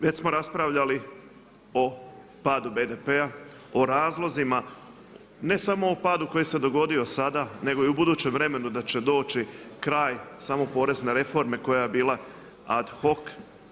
Već smo raspravljali o padu BDP-a, o razlozima ne samo o padu koji se dogodio sada nego i o budućem vremenu da će doći kraj samo porezne reforme koja je bila ad hoc.